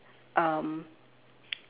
um